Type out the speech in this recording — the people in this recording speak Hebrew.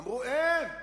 אמרו: אין,